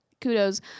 kudos